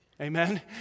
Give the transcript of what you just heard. Amen